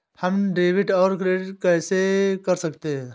हम डेबिटऔर क्रेडिट कैसे कर सकते हैं?